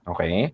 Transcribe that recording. Okay